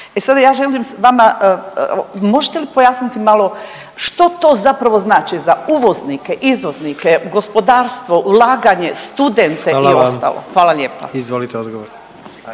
E sad, ja želim s vama, možete li pojasniti malo što to zapravo znači za uvoznike, izvoznike, gospodarstvo, ulaganje, studente…/Upadica predsjednik: Hvala vam/…i ostalo, hvala